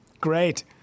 Great